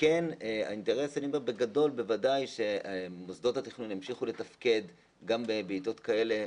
האינטרס בגדול הוא בוודאי שמוסדות התכנון ימשיכו לתפקד גם בעיתות כאלה,